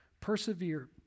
Persevere